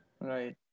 Right